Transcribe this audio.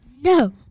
No